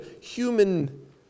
human